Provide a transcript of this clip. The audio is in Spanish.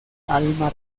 alma